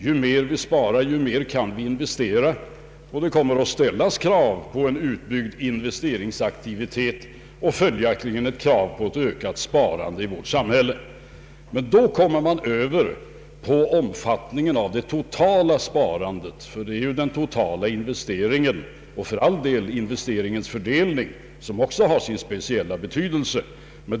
Ju mer vi sparar, desto mer kan vi investera. Det kommer att ställas krav på en utbyggd investeringsaktivitet och = följaktligen krav på ökat sparande i vårt samhälle. Men då kommer man över på omfattningen av det totala sparandet, ty det är ju den totala investeringen — och för all del investeringens fördelning — som har sin speciella betydelse.